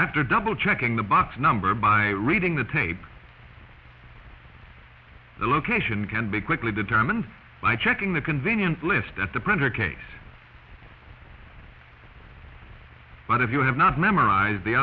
after double checking the box number by reading the tape the location can be quickly determined by checking the convenient list at the printer case but if you have not memorized the